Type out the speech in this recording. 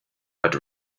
but